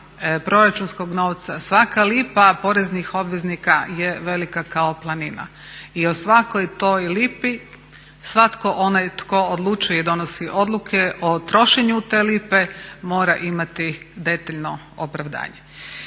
proračunskog novca, svaka lipa poreznih obveznika je velika kao planina. I o svakoj toj lipi, svatko onaj tko odlučuje i donosi odluke o trošenju te lipe mora imati detaljno opravdanje.